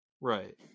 Right